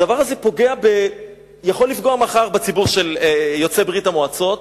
הדבר הזה יכול לפגוע מחר בציבור של יוצאי ברית-המועצות,